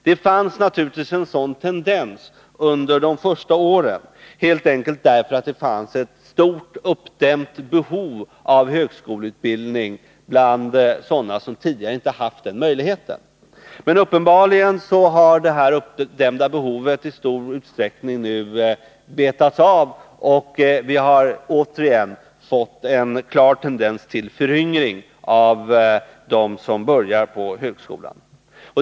Det fanns naturligtvis en sådan tendens under de första åren, helt enkelt därför att det fanns ett stort uppdämt behov av högskoleutbildning bland sådana som tidigare inte haft den möjligheten. Men uppenbarligen har det uppdämda behoveti stor utsträckning nu betats av, och vi har återigen en klar tendens till föryngring bland dem som börjar på högskolan.